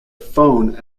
phone